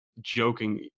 joking